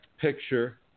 picture